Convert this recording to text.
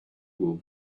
will